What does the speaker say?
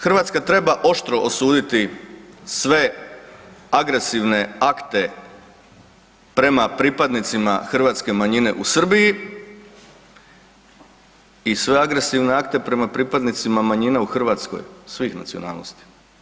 Hrvatska treba oštro osuditi sve agresivne akte prema pripadnicima hrvatske manjine u Srbiji i sve agresivne akte prema pripadnicima manjina u Hrvatskoj svih nacionalnosti.